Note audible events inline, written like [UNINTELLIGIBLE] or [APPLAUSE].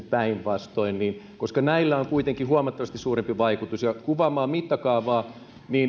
[UNINTELLIGIBLE] päinvastoin koska näillä on kuitenkin huomattavasti suurempi vaikutus ja kuvaamaan mittakaavaa